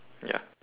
ya